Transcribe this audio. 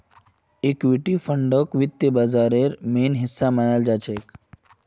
equity फंडक वित्त बाजारेर मेन हिस्सा मनाल जाछेक